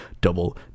double